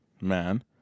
man